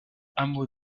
hameau